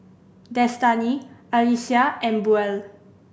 Destany Alecia and Buell